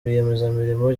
rwiyemezamirimo